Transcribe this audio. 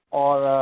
or